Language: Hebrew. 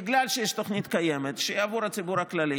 בגלל שיש תוכנית קיימת שהיא עבור הציבור הכללי,